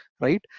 right